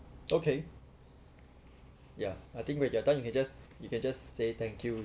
okay ya I think when they're done you just you can just say thank you